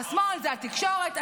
השמאל זה התקשורת,